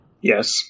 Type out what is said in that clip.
Yes